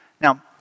Now